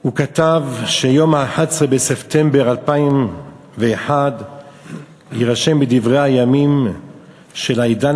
הוא כתב: יום ה-11 בספטמבר 2001 יירשם בדברי הימים של העידן